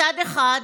מצד אחד,